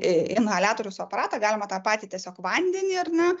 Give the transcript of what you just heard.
į inhaliatoriaus aparatą galima tą patį tiesiog vandenį ar ne